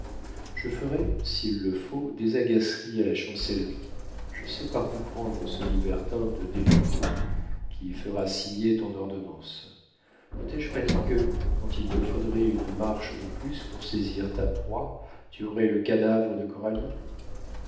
je ferai s'il le faut des agaceries à la chancellerie je sais par où prendre ce libertin de des lupeaulx qui fera signer ton ordonnance ne t'ai-je pas dit que quand il te faudrait une marche de plus pour saisir ta proie tu aurais le cadavre de